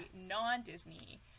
non-Disney